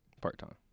Part-time